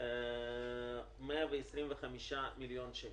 125 מיליון שקל.